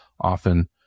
often